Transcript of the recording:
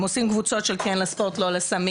הם עושים קבוצות של כן לספורט לא לסמים,